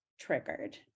triggered